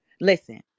Listen